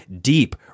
deep